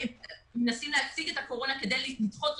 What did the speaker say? מנסים להציג את הקורונה כדי לדחות רפורמה,